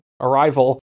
Arrival